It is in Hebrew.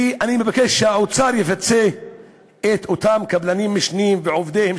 ואני מבקש שהאוצר יפצה את אותם קבלנים משניים ועובדיהם,